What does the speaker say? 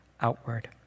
outward